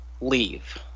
leave